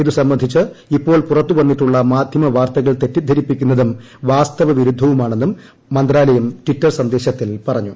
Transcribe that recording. ഇതു സംബന്ധിച്ച് ഇപ്പോൾ പുറത്തു വന്നിട്ടുള്ള വാർത്തകൾ തെറ്റിദ്ധരിപ്പിക്കുന്നതും മാന്യമ വാസ്തവവിരുദ്ധവുമാണെന്നും മന്ത്രാലയം ട്വിറ്ററർ സന്ദേശത്തിൽ പറഞ്ഞു